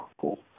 cool